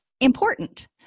important